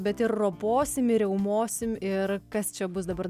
bet ir roposim ir riaumosim ir kas čia bus dabar